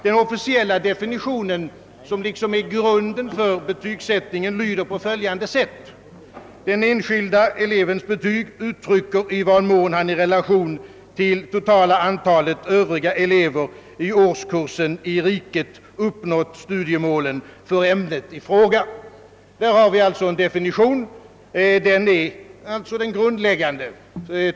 Den officiella definitionen, som liksom utgör grunden för betygsättningen, lyder på följande sätt: »Den enskilda elevens betyg uttrycker i vad mån han i relation till totala antalet övriga elever i årskursen i riket uppnått studiemålen för ämnet i fråga.» Här har vi alltså den definition, som är grundläggande.